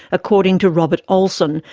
according to robert olson,